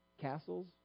castles